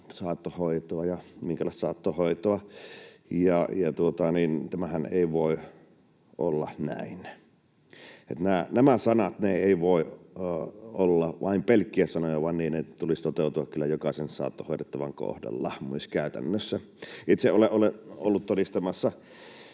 saattohoitoa ja minkälaista saattohoitoa. Tämähän ei voi olla näin. Nämä sanat eivät voi olla vain pelkkiä sanoja, vaan niiden tulisi toteutua kyllä jokaisen saattohoidettavan kohdalla myös käytännössä. Itse olen ollut todistamassa